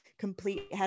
complete